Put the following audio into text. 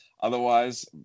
otherwise